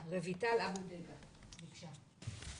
בבקשה.